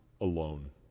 alone